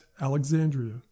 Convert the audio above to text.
alexandria